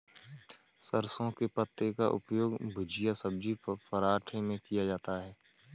सरसों के पत्ते का उपयोग भुजिया सब्जी पराठे में किया जाता है